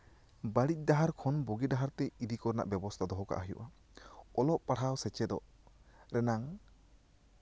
ᱵᱟᱲᱤᱡ ᱰᱟᱦᱟᱨ ᱠᱷᱚᱱ ᱵᱷᱟᱹᱜᱤ ᱰᱟᱦᱟᱨ ᱛᱮ ᱤᱫᱤ ᱠᱚᱨᱮᱱᱟᱜ ᱵᱮᱵᱚᱥᱛᱷᱟ ᱫᱚᱦᱚ ᱠᱟᱜᱼᱟ ᱦᱩᱭᱩᱜᱼᱟ ᱚᱞᱚᱜ ᱯᱟᱲᱦᱟᱜ ᱥᱮ ᱪᱮᱫᱚᱜ ᱨᱮᱱᱟᱝ